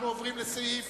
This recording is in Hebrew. אנחנו עוברים לסעיף